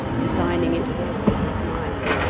designing it all in his mind.